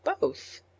both